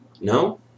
No